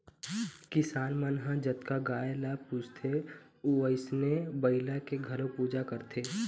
किसान मन ह जतका गाय ल पूजथे वइसने बइला के घलोक पूजा करथे